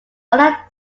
other